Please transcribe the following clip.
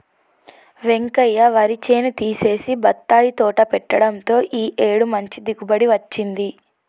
వెంకయ్య వరి చేను తీసేసి బత్తాయి తోట పెట్టడంతో ఈ ఏడు మంచి దిగుబడి వచ్చింది